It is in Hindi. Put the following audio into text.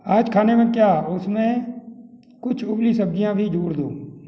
आज खाने में क्या उसमें कुछ उबली सब्ज़ियाँ भी जोड़ दो